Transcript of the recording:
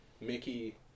Mickey